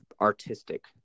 artistic